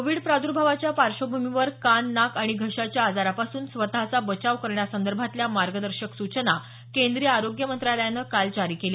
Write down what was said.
Covid प्रादर्भावाच्या पार्श्वभूमीवर कान नाक आणि घशाच्या आजारापासून स्वतचा बचाव करण्यासंदर्भातल्या मार्गदर्शक सूचना केंद्रीय आरोग्य मंत्रालयानं काल जारी केल्या